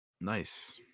Nice